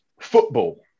football